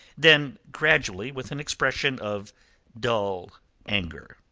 then gradually with an expression of dull anger.